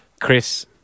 Chris